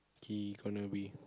he gonna be